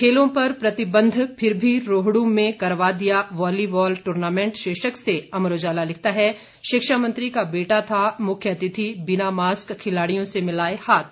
खेलों पर प्रतिबंध फिर भी रोहडू में करवा दिया वॉलीबॉल टूर्नामेंट शीर्षक से अमर उजाला लिखता है शिक्षा मंत्री का बेटा था मुख्यातिथि बिना मास्क खिलाड़ियों से मिलाए हाथ